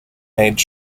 made